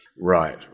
Right